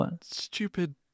stupid